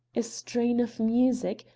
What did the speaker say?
a strain of music,